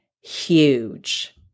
huge